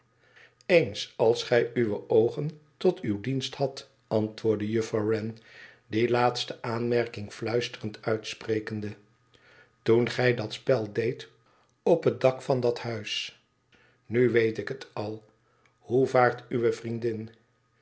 ens als gij uwe oogen tot uw dienst hadt antwoordde jufouw wren die laatste aanmerking fluisterend uitsprekende toen gij dat spel deedt op het dak van dat huis nu weet ik het al hoe vaart uwe vriendin